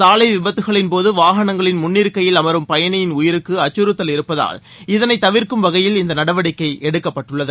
சாலை விபத்துகளின்போது வாகனங்களில் முன்னிருக்கையில் அமரும் பயணிகளின் உயிருக்கு அச்சுறுத்தல் இருப்பதால் இதனை தவிர்க்கும் வகையில் இந்த நடவடிக்கை எடுக்கப்பட்டுள்ளது